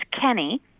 Kenny